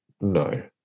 no